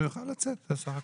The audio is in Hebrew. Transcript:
שהוא יוכל לצאת בסך הכול.